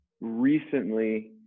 recently